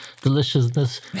deliciousness